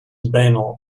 banal